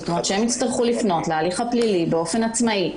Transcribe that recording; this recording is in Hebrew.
שהם יצטרכו לפנות להליך הפלילי באופן עצמאי,